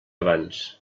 abans